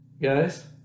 Guys